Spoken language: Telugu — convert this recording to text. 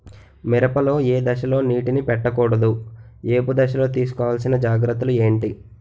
మిరప లో ఏ దశలో నీటినీ పట్టకూడదు? ఏపు దశలో తీసుకోవాల్సిన జాగ్రత్తలు ఏంటి?